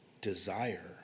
Desire